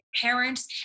parents